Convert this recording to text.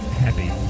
happy